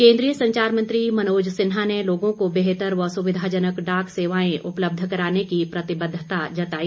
केन्द्रीय संचार मंत्री मनोज सिंहा ने लोगों को बेहतर व सुविधाजनक डाक सेवाएं उपलब्ध कराने की प्रतिबद्वता जताई